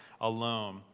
alone